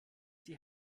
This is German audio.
die